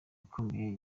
ukomeye